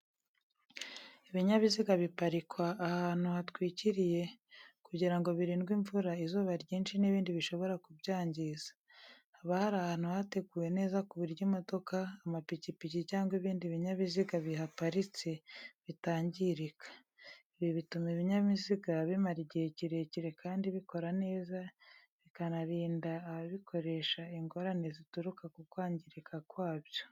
Ibinyabiziga biparikwa ahantu hatwikiriye kugira ngo birindwe imvura, izuba ryinshi n'ibindi bishobora kubyangiza. Haba ari ahantu hateguwe neza ku buryo imodoka, amapikipiki, cyangwa ibindi binyabiziga bihaparitse bitangirika. Ibi bituma ibinyabiziga bimara igihe kirekire kandi bikora neza, bikanarinda ababikoresha ingorane zituruka ku kwangirika kwabyo.